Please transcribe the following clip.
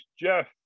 Jeff